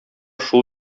шул